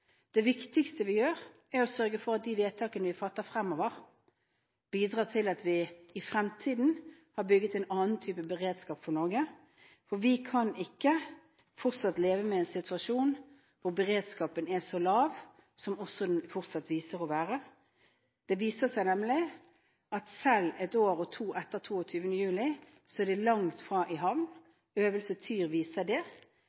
Det viktigste vi gjør, er å sørge for at de vedtakene vi fatter fremover, bidrar til at vi i fremtiden bygger en annen type beredskap i Norge. For vi kan ikke leve med en situasjon der beredskapen er så lav som den fortsatt viser seg å være. Det viser seg nemlig at selv ett og to år etter 22. juli er den langt fra i havn. Øvelse Tyr viser det.